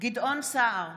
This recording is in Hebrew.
גדעון סער,